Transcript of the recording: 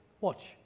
Watch